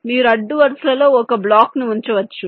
మీరు అడ్డు వరుసలలో ఒక బ్లాక్ ను ఉంచవచ్చు